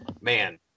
man